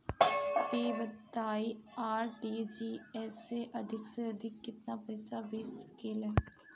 ई बताईं आर.टी.जी.एस से अधिक से अधिक केतना पइसा भेज सकिले?